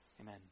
Amen